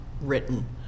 written